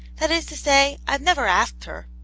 that is to say i've never asked her.